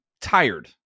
tired